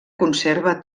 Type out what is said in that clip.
conserva